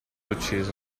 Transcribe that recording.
ucciso